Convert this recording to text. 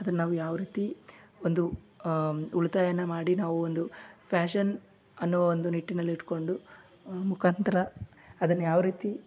ಅದನ್ನ ನಾವು ಯಾವ ರೀತಿ ಒಂದು ಉಳಿತಾಯವನ್ನ ಮಾಡಿ ನಾವು ಒಂದು ಫ್ಯಾಶನ್ ಅನ್ನೋ ಒಂದು ನಿಟ್ಟಿನಲ್ಲಿ ಇಟ್ಕೊಂಡು ಮೂಖಾಂತರ ಅದನ್ನ ಯಾವ ರೀತಿ